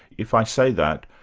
if i say that,